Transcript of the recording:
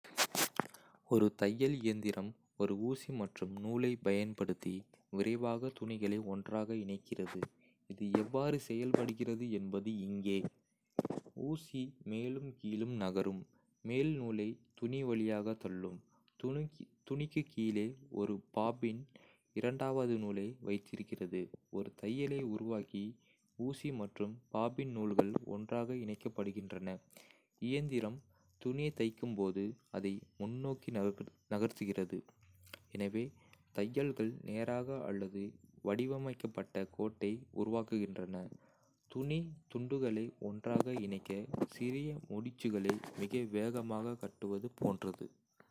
ஒரு தையல் இயந்திரம் ஒரு ஊசி மற்றும் நூலைப் பயன்படுத்தி விரைவாக துணிகளை ஒன்றாக இணைக்கிறது. இது எவ்வாறு செயல்படுகிறது என்பது இங்கே. ஊசி மேலும் கீழும் நகரும், மேல் நூலை துணி வழியாக தள்ளும். துணிக்கு கீழே, ஒரு பாபின் இரண்டாவது நூலை வைத்திருக்கிறது. ஒரு தையலை உருவாக்க ஊசி மற்றும் பாபின் நூல்கள் ஒன்றாக இணைக்கப்படுகின்றன. இயந்திரம் துணியை தைக்கும்போது அதை முன்னோக்கி நகர்த்துகிறது, எனவே தையல்கள் நேராக அல்லது. வடிவமைக்கப்பட்ட கோட்டை உருவாக்குகின்றன. துணி துண்டுகளை ஒன்றாக இணைக்க சிறிய முடிச்சுகளை மிக வேகமாக கட்டுவது போன்றது!